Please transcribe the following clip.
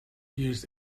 used